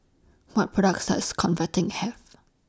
What products Does Convatec Have